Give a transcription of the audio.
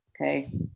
okay